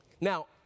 Now